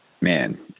Man